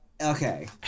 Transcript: Okay